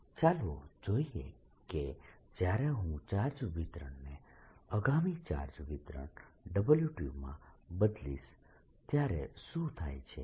W114π0121rV1rdV121rV1surfacerds ચાલો જોઈએ કે જ્યારે હું ચાર્જ વિતરણને આગામી ચાર્જ વિતરણ W2 માં બદલીશ ત્યારે શું થાય છે